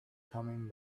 coming